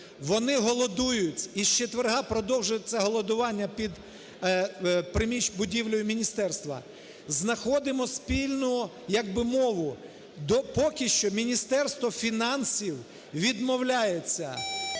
Вони голодують, із четверга продовжується голодування під будівлею міністерства. Знаходимо спільну як би мову. Поки що Міністерство фінансів відмовляється,